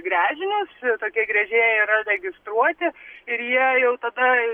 gręžinius tokie gręžėjai yra registruoti ir jie jau tada